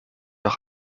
auch